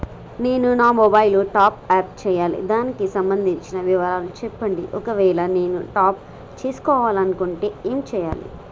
నేను నా mobile top up చేయాలి దానికి సంబంధించిన వివరాలు చెప్పండి ఒకవేళ నేను టాప్ చేసుకోవాలనుకుంటే ఏం చేయాలి?